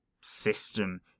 system